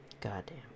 Goddamn